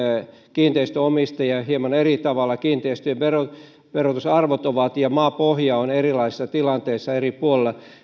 kiinteistönomistajia hieman eri tavalla ja kiinteistöjen verotusarvot ja maapohja ovat erilaisissa tilanteissa eri puolilla